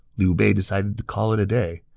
liu bei decided to call it a day,